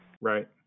Right